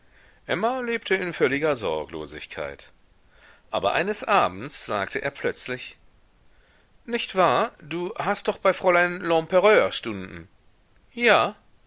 emma lebte in völliger sorglosigkeit aber eines abends sagte er plötzlich nicht wahr du hast doch bei fräulein lempereur stunden ja